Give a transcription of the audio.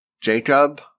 Jacob